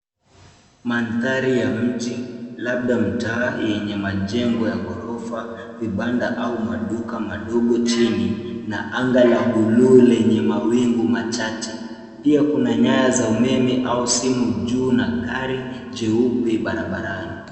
Mandhari ya mji, labda mtaa, yenye majengo ya ghorofa, vibanda, au maduka madogo chini, na anga la blue lenye mawingu machache, pia kuna nyaya za umeme, au simu juu, na gari jeupe barabarani.